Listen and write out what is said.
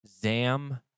Zam